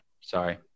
sorry